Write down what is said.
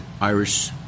Irish